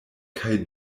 kaj